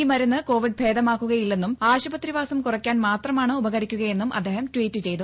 ഈ മരുന്ന് കോവിഡ് ഭേദമാക്കുകയില്ലെന്നും ആശുപത്രിവാസം കുറയ്ക്കാൻ മാത്രമാണ് ഉപകരിക്കുകയെന്നും അദ്ദേഹം ട്വീറ്റ് ചെയ്തു